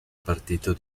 partito